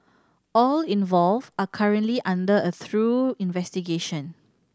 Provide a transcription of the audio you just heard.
all involved are currently under a through investigation